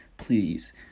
Please